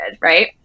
right